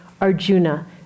Arjuna